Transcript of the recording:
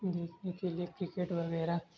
دیکھنے کے لیے کرکٹ وغیرہ